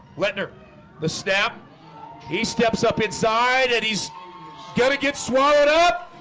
letting her the snap he steps up inside and he's gonna get swallowed up